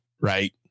right